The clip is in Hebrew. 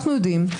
אנחנו יודעים,